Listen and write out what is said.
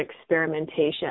experimentation